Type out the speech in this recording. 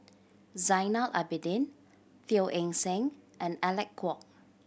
Zainal Abidin Teo Eng Seng and Alec Kuok